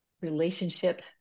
Relationship